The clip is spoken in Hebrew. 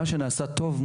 מה שנעשה טוב,